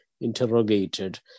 interrogated